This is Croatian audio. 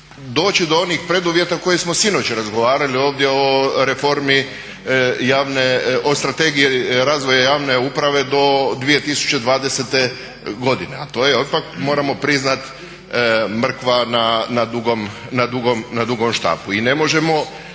doći do onih preduvjeta koje smo sinoć razgovarali ovdje o Strategiji razvoja javne uprave do 2020.godine, a to je moramo priznati mrkva na dugom štapu. I ne možemo